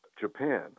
Japan